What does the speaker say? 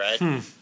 right